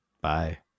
bye